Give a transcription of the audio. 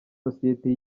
sosiyete